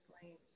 flames